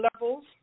levels